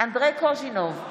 אנדרי קוז'ינוב,